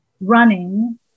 running